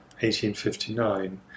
1859